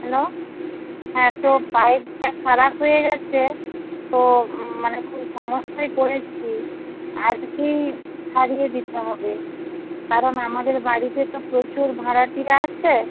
hello হ্যাঁ তো পাইপটা খারাপ হয়ে গেছে তো মানে খুব সমস্যায় পড়েছি আজকেই সারিয়ে দিতে হবে কারণ আমাদের বাড়িতে তো প্রচুর ভাড়াটিয়া আছে